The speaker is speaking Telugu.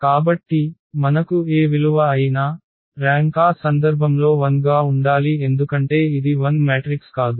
కాబట్టి మనకు ఏ విలువ అయినా ర్యాంక్ ఆ సందర్భంలో 1 గా ఉండాలి ఎందుకంటే ఇది 0 మ్యాట్రిక్స్ కాదు